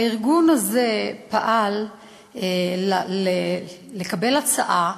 והארגון הזה פעל לקבל הצעה